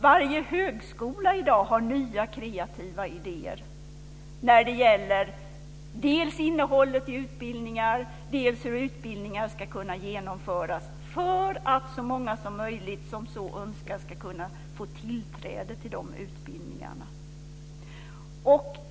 Varje högskola har i dag nya kreativa idéer när det gäller dels innehållet i utbildningar, dels hur utbildningar ska kunna genomföras för att så många som möjligt som så önskar ska kunna få tillträde till de utbildningarna.